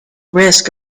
risk